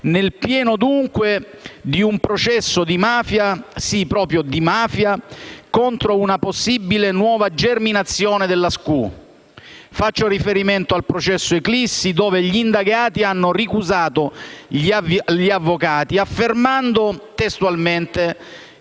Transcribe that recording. nel pieno dunque di un processo di mafia - sì, proprio di mafia - contro una possibile nuova germinazione della SCU. Faccio riferimento al processo Eclissi, dove gli indagati hanno ricusato gli avvocati, affermando testualmente